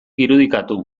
irudikatu